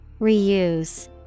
Reuse